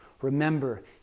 Remember